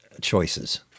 choices